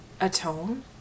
atone